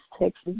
texas